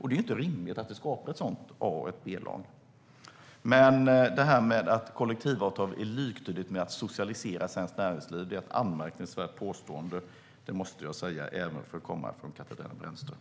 Det är inte rimligt att det skapas ett A och ett B-lag på det sättet. Det här med att kollektivavtal är liktydigt med att socialisera det svenska näringslivet är ett anmärkningsvärt påstående, även för att komma från Katarina Brännström.